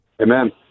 Amen